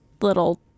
little